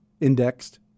indexed